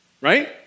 right